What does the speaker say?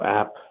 app